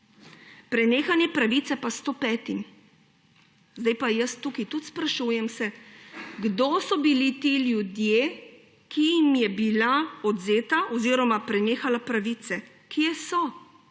prenehanje pravice pa 105. Zdaj se pa jaz tukaj tudi sprašujem, kdo so bili ti ljudje, ki jim je bila odvzeta oziroma jim je prenehala pravice. Kje so?